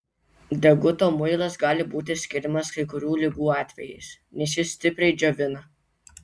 deguto muilas gali būti skiriamas kai kurių ligų atvejais nes jis stipriai džiovina